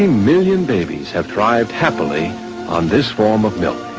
million babies have thrived happily on this form of milk.